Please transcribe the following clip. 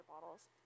bottles